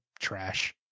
trash